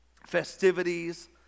Festivities